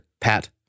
Pat